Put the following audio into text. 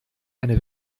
eine